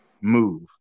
move